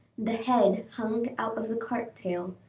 the head hung out of the cart tail,